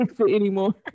anymore